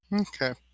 Okay